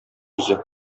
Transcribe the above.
үзе